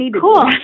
Cool